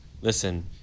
listen